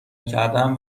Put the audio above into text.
کردن